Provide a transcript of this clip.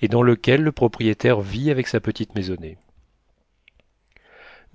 et dans lequel le propriétaire vit avec sa petite maisonnée